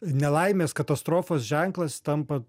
nelaimės katastrofos ženklas tampa